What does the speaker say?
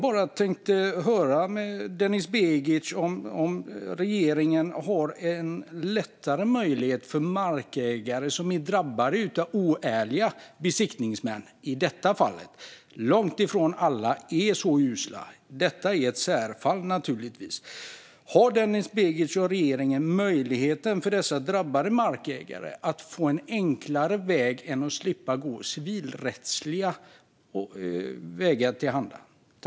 Långt ifrån alla besiktningsmän är oärliga och usla, och detta är ett särfall. Men har regeringen möjlighet att ge de drabbade markägarna en enklare väg så att de slipper agera civilrättsligt?